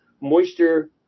moisture